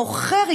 המוכר,